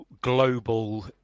global